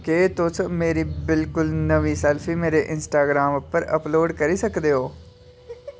केह् तुस मेरी बिल्कुल नमी सेल्फी मेरे इंस्टाग्राम पर अपलोड करी सकदे ओ